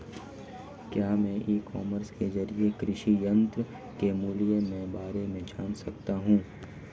क्या मैं e commerce के ज़रिए कृषि यंत्र के मूल्य में बारे में जान सकता हूँ?